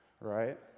right